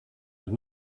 and